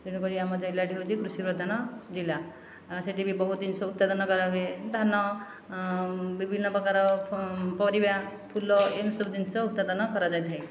ତେଣୁ କରି ଆମ ଜିଲ୍ଲାଟି ହେଉଛି କୃଷି ପ୍ରଧାନ ଜିଲ୍ଲା ଆଉ ସେଠି ବି ବହୁତ ଜିନିଷ ଉତ୍ପାଦନ କରାହୁଏ ଧାନ ବିଭିନ୍ନ ପ୍ରକାରର ପରିବା ଫୁଲ ଏମିତି ସବୁ ଜିନିଷ ଉତ୍ପାଦନ କରାଯାଇଥାଏ